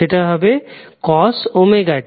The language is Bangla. সেটা হবে cos ωt